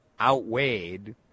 outweighed